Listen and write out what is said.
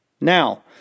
Now